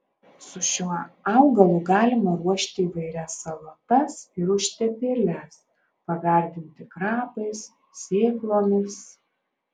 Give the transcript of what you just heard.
su šiuo augalu galima ruošti įvairias salotas ir užtepėles pagardinti krapais sėklomis